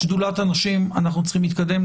שדולת הנשים, אנחנו צריכים להתקדם.